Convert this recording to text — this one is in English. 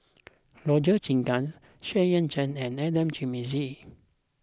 Roger Jenkins Xu Yuan Zhen and Adan Jimenez